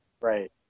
Right